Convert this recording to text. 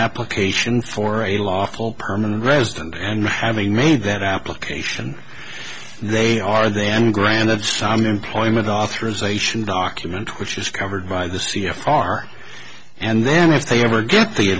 application for a lawful permanent resident and having made that application they are then granted some employment authorization document which is covered by the c f r and then if they ever get the